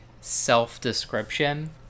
self-description